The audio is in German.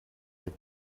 der